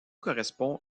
correspond